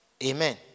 Amen